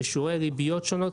עם שיעורי ריבית שונים,